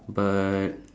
but